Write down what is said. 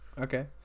Okay